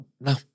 no